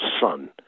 son